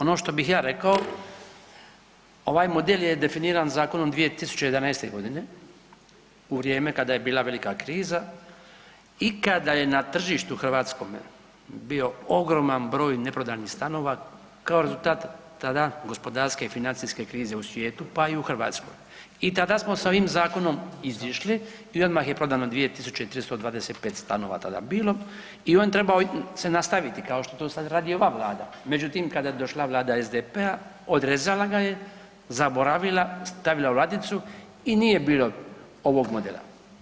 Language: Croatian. Ono što bih ja rekao, ovaj model je definiran zakonom 2011. g. u vrijeme kada je bila velika kriza i kada je na tržištu hrvatskome bio ogroman broj neprodanih stanova kao rezultat tada gospodarske i financijske krize u svijetu pa i u Hrvatskoj i tada smo sa ovim zakonom izišli i odmah je prodano 2325 stanova tada bilo i on se trebao nastaviti kao što sad radi ova Vlada, međutim kada je došla Vlada SDP-a, odrezala ga je, zaboravila, stavila u ladicu i nije bilo ovog modela.